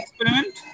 experiment